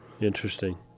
Interesting